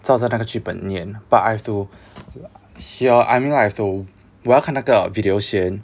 照着那个剧本念 but I have to hear I mean I have to 我要看那个 video 先